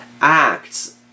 acts